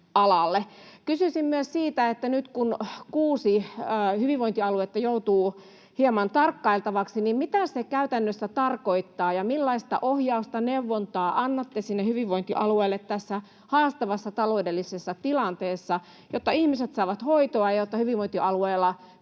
Kysyisin myös siitä, kun nyt kuusi hyvinvointialuetta joutuu hieman tarkkailtavaksi: mitä se käytännössä tarkoittaa, ja millaista ohjausta, neuvontaa annatte sinne hyvinvointialueille tässä haastavassa taloudellisessa tilanteessa, jotta ihmiset saavat hoitoa, jotta hyvinvointialueilla